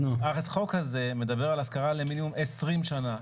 החוק הזה מדבר על השכרה למינימום 20 שנה,